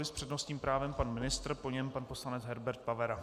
S přednostním právem pan ministr, po něm pan poslanec Herbert Pavera.